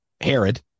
Herod